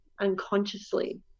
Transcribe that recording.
unconsciously